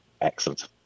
excellent